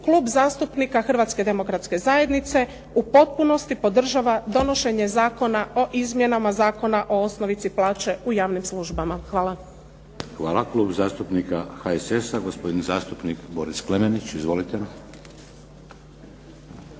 Klub zastupnika Hrvatske demokratske zajednice u potpunosti podržava donošenje Zakona o izmjenama Zakona o osnovici plaće u javnim službama. Hvala. **Šeks, Vladimir (HDZ)** Hvala. Klub zastupnika HSS-a, gospodin zastupnik Boris Klemenić. Izvolite.